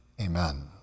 amen